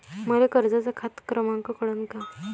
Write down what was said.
मले कर्जाचा खात क्रमांक कळन का?